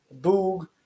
Boog